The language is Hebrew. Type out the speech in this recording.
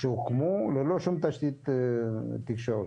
שהוקמו ללא שום תשתית תקשורת.